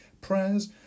prayers